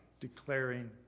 declaring